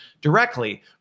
directly